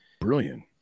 Brilliant